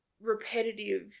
repetitive